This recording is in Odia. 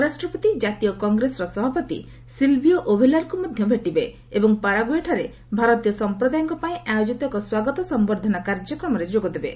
ଉପରାଷ୍ଟ୍ରପତି ଜାତୀୟ କଂଗ୍ରେସର ସଭାପତି ସିଲ୍ଭିଓ ଓଭେଲାର୍ଙ୍କୁ ମଧ୍ୟ ଭେଟିବେ ଏବଂ ପାରାଗୁଏଠାରେ ଭାରତୀୟ ସଂପ୍ରଦାୟଙ୍କ ପାଇଁ ଆୟୋଜିତ ଏକ ସ୍ୱାଗତ ସମ୍ଭର୍ଦ୍ଧନା କାର୍ଯ୍ୟକ୍ରମରେ ଯୋଗଦେବେ